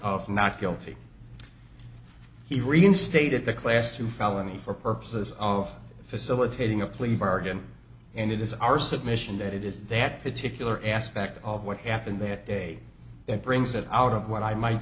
of not guilty he reinstated the class two felony for purposes of facilitating a plea bargain and it is our submission that it is that particular aspect of what happened that day that brings that out of what i might